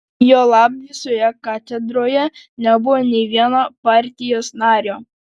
juolab visoje katedroje nebuvo nė vieno partijos nario